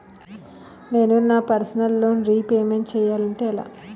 నేను నా personal loan repayment చేయాలంటే ఎలా?